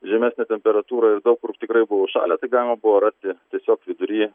žemesnė temperatūra ir daug kur tikrai buvo užšąlę tai galima buvo rasti tiesiog vidury